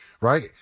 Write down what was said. right